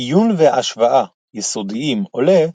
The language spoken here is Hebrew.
מעיון והשוואה יסודיים עולה,